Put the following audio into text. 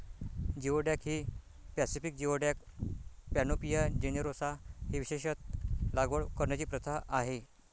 geoduck ही Pacific geoduck, Panopea generosa ही विशेषत लागवड करण्याची प्रथा आहे